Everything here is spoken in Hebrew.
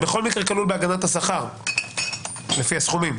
אז זה בכל מקרה כלול בהגנת השכר לפי הסכומים.